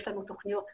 יש לנו תוכניות תעבורה,